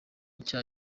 nshya